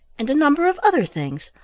and a number of other things.